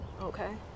Okay